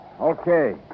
Okay